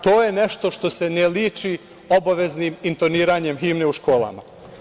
To je nešto što se ne liči obaveznim intoniranjem himne u školama.